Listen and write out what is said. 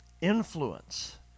influence